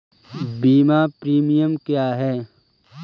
बीमा प्रीमियम क्या है?